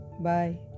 Bye